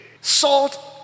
salt